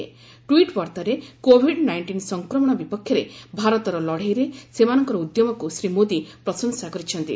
କିଛି ଟ୍ୱିଟ୍ ବାର୍ତ୍ତାରେ Covid nineteen ସଂକ୍ରମଣ ବିପକ୍ଷରେ ଭାରତର ଲଢ଼େଇରେ ସେମାନଙ୍କର ଉଦ୍ୟମକୁ ଶ୍ରୀ ମୋଦି ପ୍ରଶଂସା କରିଛନ୍ତି